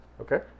Okay